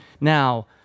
Now